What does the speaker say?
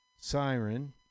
Siren